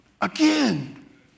again